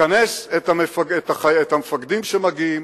מכנס את המפקדים שמגיעים,